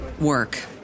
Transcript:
work